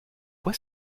quoi